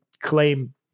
claim